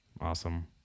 awesome